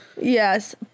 Yes